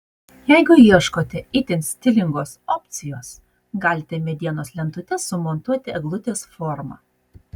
jeigu ieškote itin stilingos opcijos galite medienos lentutes sumontuoti eglutės forma